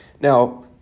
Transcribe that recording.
Now